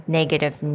negative